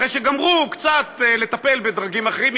אחרי שגמרו קצת לטפל בדרגים אחרים,